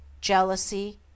jealousy